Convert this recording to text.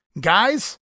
guys